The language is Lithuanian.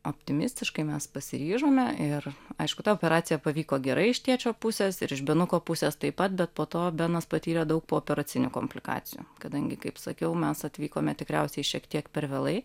optimistiškai mes pasiryžome ir aišku ta operacija pavyko gerai iš tėčio pusės ir iš benuko pusės taip pat bet po to benas patyrė daug pooperacinių komplikacijų kadangi kaip sakiau mes atvykome tikriausiai šiek tiek per vėlai